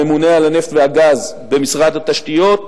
הממונה על הנפט והגז במשרד התשתיות,